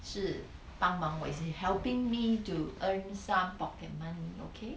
是帮忙我一些 helping me to earn some pocket money okay